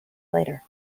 later